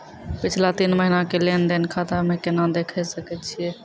पिछला तीन महिना के लेंन देंन खाता मे केना देखे सकय छियै?